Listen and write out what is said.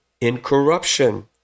incorruption